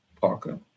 Parker